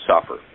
suffer